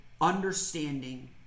understanding